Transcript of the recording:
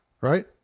right